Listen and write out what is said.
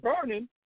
burning